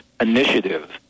initiative